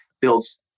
builds